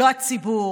לא הציבור.